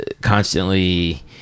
constantly